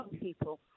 people